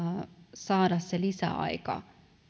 saada se lisäaika